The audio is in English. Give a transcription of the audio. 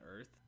earth